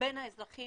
בין האזרחים